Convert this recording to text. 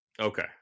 Okay